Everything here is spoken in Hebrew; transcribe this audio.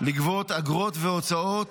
לגבות אגרות והוצאות